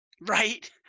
right